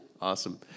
Awesome